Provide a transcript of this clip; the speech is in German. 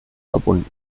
verbunden